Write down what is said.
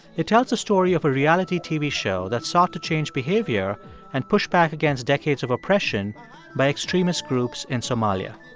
it tells a story of a reality tv show that sought to change behavior and push back against decades of oppression by extremist groups in somalia.